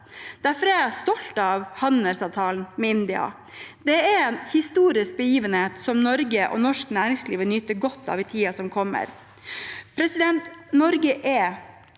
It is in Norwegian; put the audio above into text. Derfor er jeg stolt av handelsavtalen med India. Det er en historisk begivenhet som Norge og norsk næringsliv vil nyte godt av i tiden som kommer. Norge er